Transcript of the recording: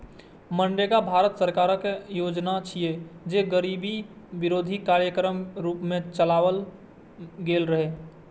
मनरेगा भारत सरकारक योजना छियै, जे गरीबी विरोधी कार्यक्रमक रूप मे चलाओल गेल रहै